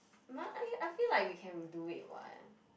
I I feel like we can do it [what]